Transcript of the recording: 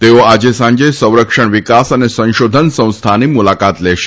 તેઓ આજે સાંજે સંરક્ષણ વિકાસ અને સંશોધન સંસ્થાની મુલાકાત લેશે